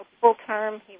full-term